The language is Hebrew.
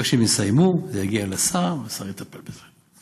כשהם יסיימו, זה יגיע לשר והשר יטפל בזה.